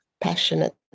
passionate